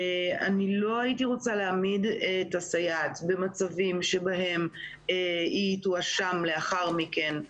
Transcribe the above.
אני לא הייתי רוצה להעמיד את הסייעת במצבים שבהם היא תואשם לאחר מכן,